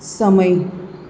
સમય